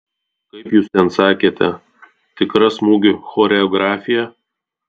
kaip jūs ten sakėte tikra smūgių choreografija